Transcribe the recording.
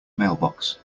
mailbox